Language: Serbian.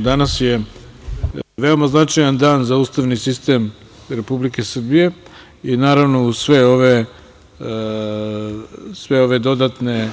Danas je veoma značajan dan za ustavni sistem Republike Srbije i naravno uz sve ove dodatne